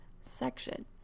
section